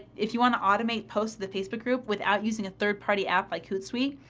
if you want to automate post of the facebook group without using a third-party app like hootsuite,